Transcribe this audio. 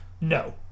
no